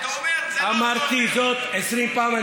אמרתי זאת 20 פעם.